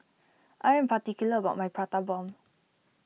I am particular about my Prata Bomb